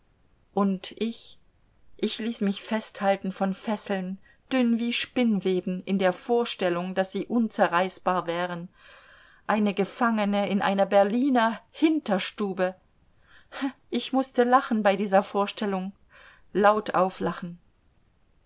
und ich ich ließ mich festhalten von fesseln dünn wie spinnweben in der vorstellung daß sie unzerreißbar wären eine gefangene in einer berliner hinterstube ich mußte lachen bei dieser vorstellung laut auflachen